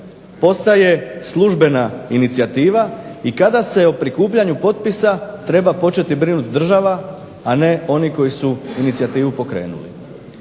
postaje službena inicijativa i kada se o prikupljanju potpisa treba početi brinuti država, a ne oni koji su inicijativu pokrenuli.